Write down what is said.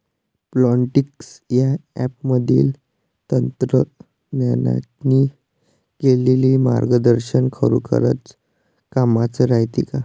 Plantix या ॲपमधील तज्ज्ञांनी केलेली मार्गदर्शन खरोखरीच कामाचं रायते का?